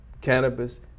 cannabis